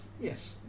yes